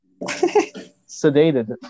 Sedated